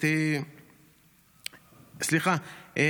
סליחה,